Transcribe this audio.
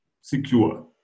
secure